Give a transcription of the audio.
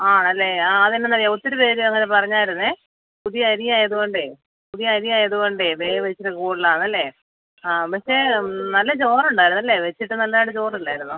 ആണല്ലേ ആ അത് എന്താന്നറിയോ ഒത്തിരി പേര് അങ്ങനെ പറഞ്ഞായിരുന്നേ പുതിയ അരിയായത് കൊണ്ടേ പുതിയ അരിയായത് കൊണ്ടേ വേവ് ഇച്ചിരി കൂടുതലാണല്ലേ ആ പക്ഷെ നല്ല ചോറുണ്ടായിരുന്നു അല്ലേ വെച്ചിട്ട് നല്ലതായിട്ട് ചോറില്ലായിരുന്നോ